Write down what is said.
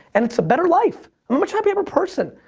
and it's a better life. i'm a much happier person,